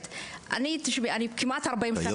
אני כמעט 40 שנה בארץ.